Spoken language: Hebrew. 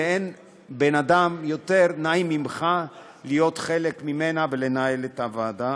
ואין בן-אדם יותר נעים ממך להיות חלק ממנה ולנהל את הוועדה,